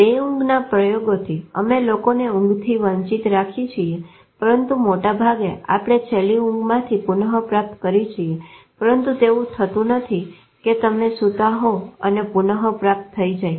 બે ઊંઘના પ્રયોગોથી અમે લોકોને ઊંઘથી વાંછિત રાખીએ છીએ પરંતુ મોટા ભાગે આપણે છેલ્લી ઊંઘમાંથી પુનપ્રાપ્ત કરીએ છીએ પરંતુ તેવું થતું નથી કે તમે સુતા હોવ અને પુનઃપ્રાપ્ત થઇ જાય